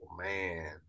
Man